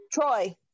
Troy